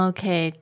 Okay